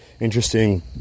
interesting